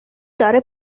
داره